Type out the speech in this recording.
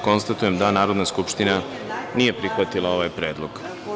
Konstatujem da Narodna skupština nije prihvatila ovaj predlog.